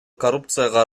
коррупцияга